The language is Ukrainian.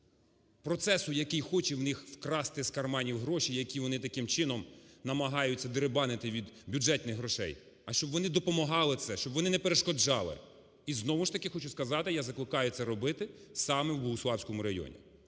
процесу, який хоче в них вкрасти з карманів гроші, які вони таким чином намагаються деребанити від бюджетних грошей, а щоб вони допомагали це, щоб вони не перешкоджали. І знову ж таки, хочу сказати, я закликаю це робити саме в Богуславському районі.